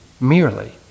merely